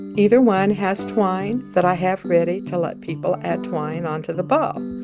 either one has twine that i have ready to let people add twine onto the ball.